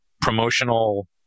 promotional